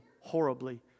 horribly